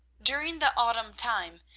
during the autumn time,